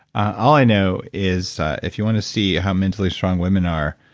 i know is if you want to see how mentally strong women are,